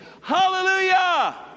Hallelujah